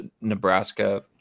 Nebraska